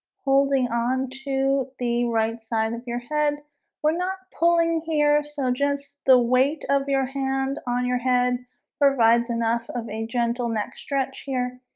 holding on to the right side of your head we're not pulling here, so just the weight of your hand on your head provides enough of a gentle neck stretch here